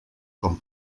com